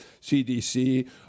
CDC